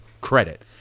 credit